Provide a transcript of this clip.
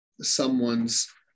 someone's